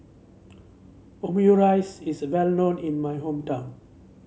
Omurice is well known in my hometown